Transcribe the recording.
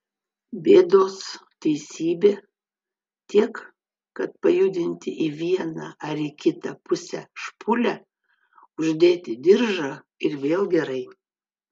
bėdos teisybė tiek kad pajudinti į vieną ir kitą pusę špūlę uždėti diržą ir vėl gerai